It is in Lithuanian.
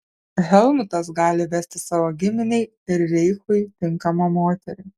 helmutas gali vesti savo giminei ir reichui tinkamą moterį